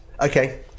okay